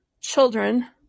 children